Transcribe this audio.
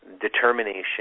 determination